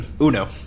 Uno